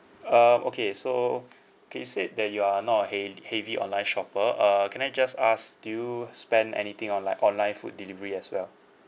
um okay so okay you said that you are not a hea~ heavy online shopper uh can I just ask do you spend anything online online food delivery as well